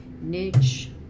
niche